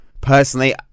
Personally